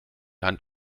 hand